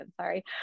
Sorry